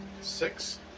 six